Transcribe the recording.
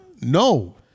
No